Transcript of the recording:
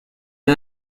día